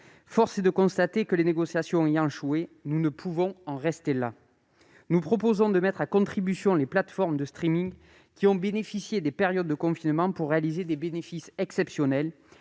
internationales »... Les négociations ayant échoué, nous ne pouvons en rester là. Nous proposons de mettre à contribution les plateformes de qui ont profité des périodes de confinement pour réaliser des bénéfices exceptionnels.